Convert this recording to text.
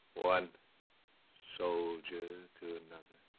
one soldier to another.